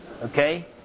Okay